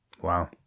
wow